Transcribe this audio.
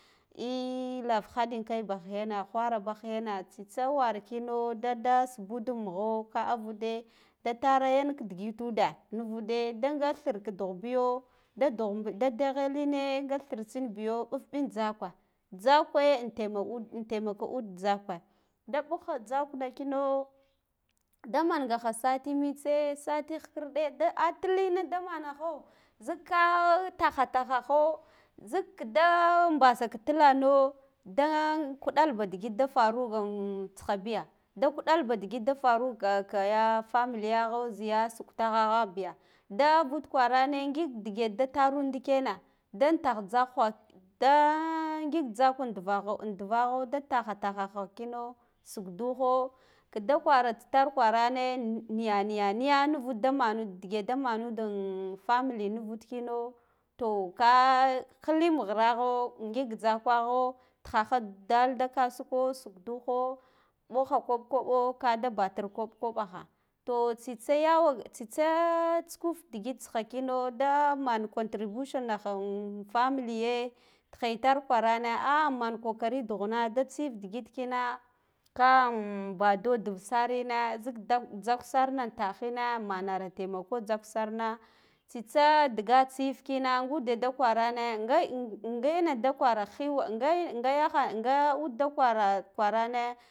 Ehh lav hadin kai bah yena whaa bah yena tsitsa warkina dada su bud amugho ka avude da tara yanka digidunda nuvude da nga thir ka duh biyo da duhbul da deghe line nga thir tsin biyo ɓufɓin tzak wa tzakwe an taimk antaimaka ud tzakwe da ɓufha tzakna kina da da mangaha sati mtse sati hikkir da atillin da mana gho zik kaa taha, tahaho zik kda mbasa ka tilano da kuɗalba digit da faruga tsihabiga da kudal ba digit da fa ga kaya familiyaho ziya shktahaha biga da avud kwarane ngig dege da tarunt ndikena da tan tzakha da ngik tzak an duvaho tata a tahaha kino suk duho kda kwara tsitar kwarane niyaniya niya nuwud damanud dige da manud am family nuvud kino to ka wilim ghiraho ngik tzakwaho tihaha dal da kasake mɓoha kob kobo ka da batar kaɓ koɓa ha to tsitsa yawa, tsitsa tsukuf digit tsi ha kino da man contribution na ha an family ye tiha itar kwarane a man kokari dughuna da tsif digid kina ka am bado duvsarine zik tzak sarna an tahina manara taimako tzak sarna tsitsa ndiga tsif kina ngudeda kwarana ngai ngaiina da kwara hiwa nga nga yahaya nga ud da kwar kwarane